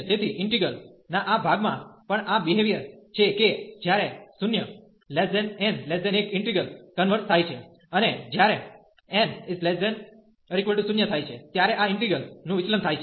તેથી ઈન્ટિગ્રલ ના આ ભાગમાં પણ આ બીહેવીઅર છે કે જ્યારે 0 n 1 ઈન્ટિગ્રલ કન્વર્ઝ થાય છે અને જ્યારે n≤0 થાય છે ત્યારે આ ઈન્ટિગ્રલ નું વિચલન થાય છે